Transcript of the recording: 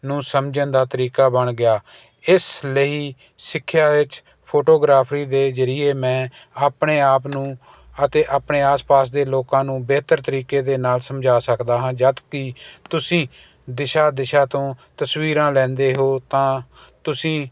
ਨੂੰ ਸਮਝਣ ਦਾ ਤਰੀਕਾ ਬਣ ਗਿਆ ਇਸ ਲਈ ਸਿੱਖਿਆ ਵਿੱਚ ਫੋਟੋਗ੍ਰਾਫਰੀ ਦੇ ਜ਼ਰੀਏ ਮੈਂ ਆਪਣੇ ਆਪ ਨੂੰ ਅਤੇ ਆਪਣੇ ਆਸ ਪਾਸ ਦੇ ਲੋਕਾਂ ਨੂੰ ਬਿਹਤਰ ਤਰੀਕੇ ਦੇ ਨਾਲ ਸਮਝਾ ਸਕਦਾ ਹਾਂ ਜਦੋਂ ਕਿ ਤੁਸੀਂ ਦਿਸ਼ਾ ਦਿਸ਼ਾ ਤੋਂ ਤਸਵੀਰਾਂ ਲੈਂਦੇ ਹੋ ਤਾਂ ਤੁਸੀਂ